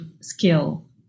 skill